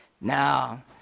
Now